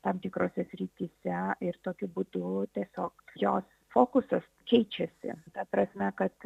tam tikrose srityse ir tokiu būdu tiesiog jos fokusas keičiasi ta prasme kad